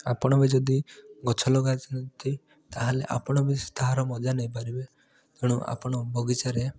ଆପଣ ବି ଯଦି ଗଛ ଲଗାଇଛନ୍ତି ତାହେଲେ ଆପଣ ବି ତାହାର ମଜା ନେଇପାରିବେ ତେଣୁ ଆପଣ ବଗିଚାରେ